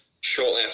shortly